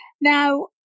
Now